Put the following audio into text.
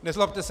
Nezlobte se.